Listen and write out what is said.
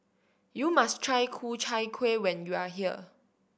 you must try Ku Chai Kueh when you are here